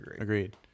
Agreed